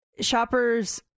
shoppers